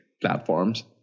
platforms